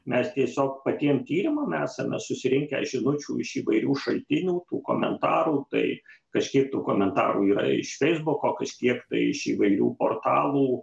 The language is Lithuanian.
mes tiesiog patiem tyrimam esame susirinkę žinučių iš įvairių šaltinių tų komentarų tai kažkiek tų komentarų yra iš feisbuko kažkiek tai iš įvairių portalų